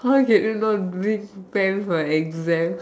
how can you not bring pen for an exam